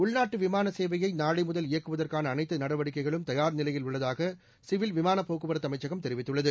உள்நாட்டு விமான சேவையை நாளை முதல் இயக்குவதற்கான அனைத்து நடவடிக்கைகளும் தயார் நிலையில் உள்ளதாக சிவில் விமான போக்குவரத்து அமைச்சகம் தெரிவித்துள்ளது